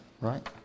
right